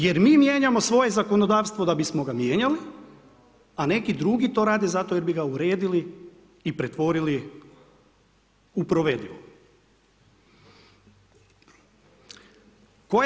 Jer mi mijenjamo svoje zakonodavstvo da bi smo ga mijenjali, a neki drugi to rade zato jer bi ga uredili i pretvorili u provedivo.